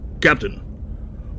Captain